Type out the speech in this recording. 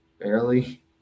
barely